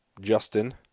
justin